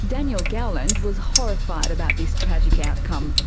daniel gowland was horrified about this tragic outcome,